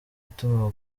ituma